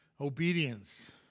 Obedience